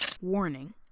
Warning